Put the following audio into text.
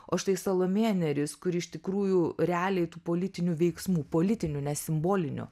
o štai salomėja nėris kuri iš tikrųjų realiai tų politinių veiksmų politinių ne simbolinių